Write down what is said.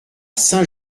saint